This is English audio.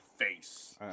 face